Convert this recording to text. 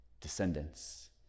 Descendants